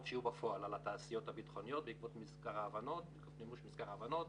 שיהיו בפועל על התעשיות הביטחוניות בעקבות מימוש מזכר ההבנות,